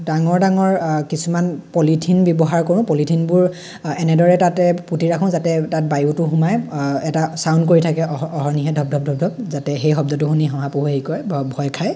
ডাঙৰ ডাঙৰ কিছুমান পলিথিন ব্যৱহাৰ কৰোঁ পলিথিনবোৰ এনেদৰে তাতে পুতি ৰাখো যাতে তাত বায়ুটো সোমাই এটা ছাউণ্ড কৰি থাকে অহৰ্নিশে ঢপ ঢপ ঢপ ঢপ যাতে সেই শব্দটো শুনি শহা পহুৱে হেৰি কৰে ভয় খায়